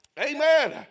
Amen